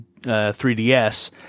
3DS